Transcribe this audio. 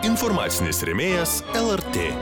informacinis rėmėjas lrt